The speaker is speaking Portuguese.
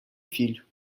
filho